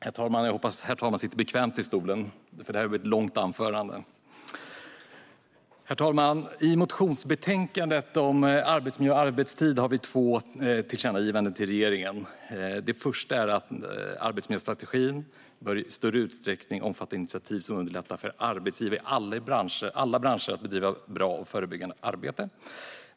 Herr talman! Jag hoppas att herr talmannen sitter bekvämt i stolen, för detta blir ett långt anförande. I motionsbetänkandet Arbetsmiljö och arbetstid har vi två tillkännagivanden till regeringen. Det första är att arbetsmiljöstrategin i större utsträckning bör omfatta initiativ som underlättar för arbetsgivare i alla branscher att bedriva ett bra förebyggande arbete.